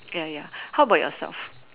ya ya how about yourself